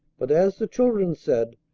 but, as the children said,